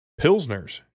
pilsners